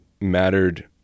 mattered